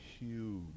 huge